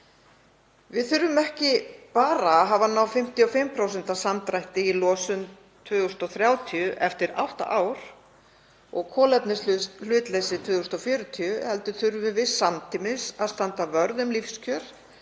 Við þurfum ekki bara að hafa náð 55% samdrætti í losun 2030, eftir átta ár, og kolefnishlutleysi 2040 heldur þurfum við samtímis að standa vörð um lífskjör,